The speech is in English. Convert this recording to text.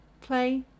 play